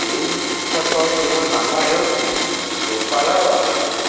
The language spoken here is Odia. ସେହି ପୁସ୍ତକଟିର ନାମ ହେଉଛି ଗୋପାଳ ରହସ୍ୟ